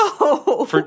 No